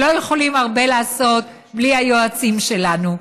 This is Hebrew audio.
לא יכולים הרבה לעשות בלי היועצים שלנו.